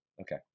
Okay